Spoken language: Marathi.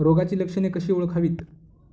रोगाची लक्षणे कशी ओळखावीत?